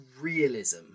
realism